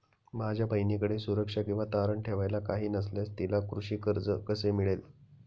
माझ्या बहिणीकडे सुरक्षा किंवा तारण ठेवायला काही नसल्यास तिला कृषी कर्ज कसे मिळेल?